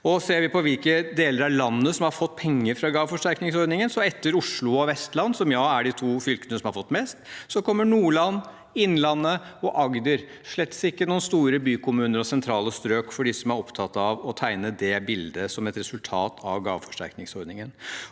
Ser vi på hvilke deler av landet som har fått penger fra gaveforsterkningsordningen, ser vi at etter Oslo og Vestland – som ja, er de to fylkene som har fått mest – kommer Nordland, Innlandet og Agder. Det er slett ikke store bykommuner og sentrale strøk, for dem som er opptatt av å tegne det bildet som et resultat av gaveforsterkningsordningen.